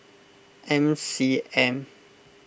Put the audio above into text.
M C M